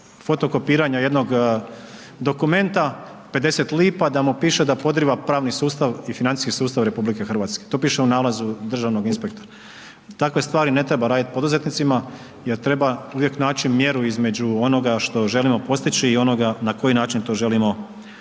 fotokopiranja jednog dokumenta 0,50 kn da mu piše da podriva pravni sustav i financijski sustav RH, to piše u nalazu državnog inspektora. Takve stvari ne treba radit poduzetnicima jer treba uvijek naći mjeru između onoga što želimo postići i onoga na koji način to želimo postići.